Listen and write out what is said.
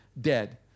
dead